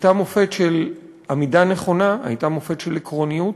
של עמידה נכונה, הייתה מופת של עקרוניות,